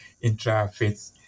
intra-faith